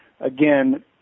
again